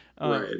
Right